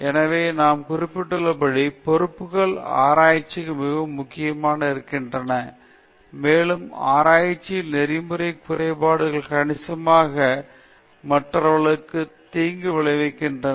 எனவே நான் குறிப்பிட்டுள்ளபடி பொறுப்புகள் ஆராய்ச்சிக்கு மிகவும் முக்கிய காலமாக இருக்கின்றன மேலும் ஆராய்ச்சியில் நெறிமுறை குறைபாடுகள் கணிசமாக மற்றவர்களுக்கு தீங்கு விளைவிக்கின்றன